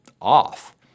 off